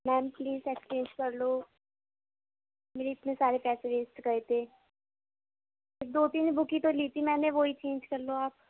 ma'am please exchange کر لو میرے اتنے سارے پیسے ویسٹ گئے تھے دو تین بک ہی تو لی تھی میں نے وہی چینج کر لو آپ